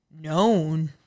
known